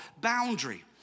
boundary